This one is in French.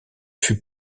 fut